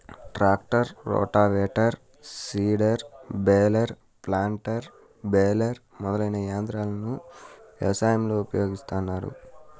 tractor, rotavator, seeder, baler, planter, baler మొదలైన యంత్రాలను వ్యవసాయంలో ఉపయోగిస్తాన్నారు